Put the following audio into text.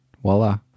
Voila